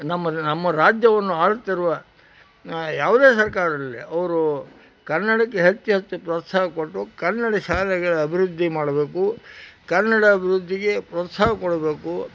ನಮ್ಮದು ನಮ್ಮ ರಾಜ್ಯವನ್ನು ಆಳುತ್ತಿರುವ ಯಾವುದೇ ಸರಕಾರವಿರಲಿ ಅವರು ಕನ್ನಡಕ್ಕೆ ಹೆಚ್ಚು ಹೆಚ್ಚು ಪ್ರೋತ್ಸಾಹ ಕೊಟ್ಟು ಕನ್ನಡ ಶಾಲೆಗಳ ಅಭಿವೃದ್ಧಿ ಮಾಡಬೇಕು ಕನ್ನಡ ಅಭಿವೃದ್ಧಿಗೆ ಪ್ರೋತ್ಸಾಹ ಕೊಡಬೇಕು